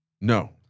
No